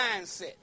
mindset